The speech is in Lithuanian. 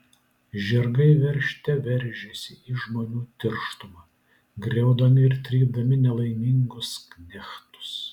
žirgai veržte veržėsi į žmonių tirštumą griaudami ir trypdami nelaimingus knechtus